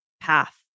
path